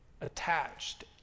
attached